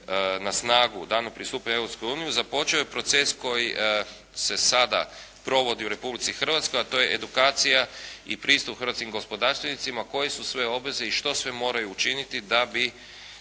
na snagu danom pristupanja u Europsku uniju, započeo je proces koji se sada provodi u Republici Hrvatskoj, a to je edukacija i pristup hrvatskim gospodarstvenicima koji su sve obveze i što sve moraju učiniti da bi